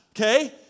okay